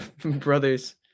brothers